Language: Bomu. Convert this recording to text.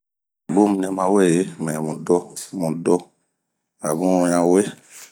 Bun nɛ ma weyi mɛ mdo, mudo abun ɲawe